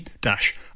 dash